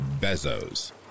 Bezos